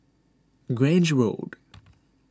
Grange Road